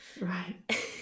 Right